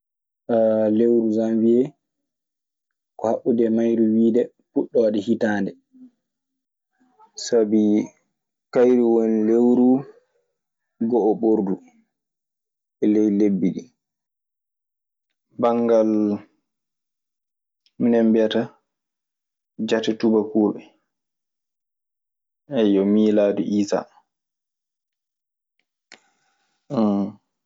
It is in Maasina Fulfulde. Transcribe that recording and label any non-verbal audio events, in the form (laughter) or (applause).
(hesitation) lewru Sanwiyee ko haɓɓude e mayri wiide fuɗɗoode hitaande. Sabi, kayru woni lewru go'oɓurdu e ley lebbi ɗii. Banngal minen mbiyata jate tuubakuuɓe, (hesitation) miilaadu Iisaa.